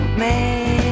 man